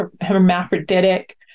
hermaphroditic